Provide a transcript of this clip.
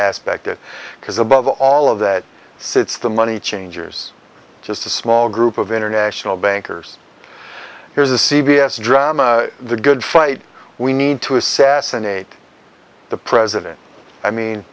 aspect it because above all of that sits the money changers just a small group of international bankers here's a c b s drama the good fight we need to assassinate the president i mean